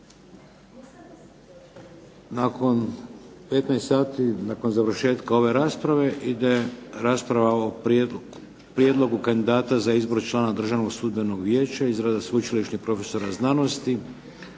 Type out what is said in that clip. Nakon 15 sati, nakon završetka ove rasprave ide rasprava o prijedlogu kandidata za izbor člana Državnog sudbenog vijeća iz reda sveučilišnih profesora znanosti,